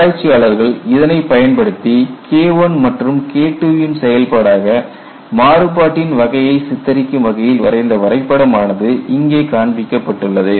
ஆராய்ச்சியாளர்கள் இதனைப் பயன்படுத்தி KI மற்றும் KII ன் செயல்பாடாக மாறுபாட்டின் வகையை சித்தரிக்கும் வகையில் வரைந்த வரைபடம் ஆனது இங்கே காண்பிக்கப்பட்டுள்ளது